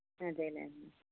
అదేనండి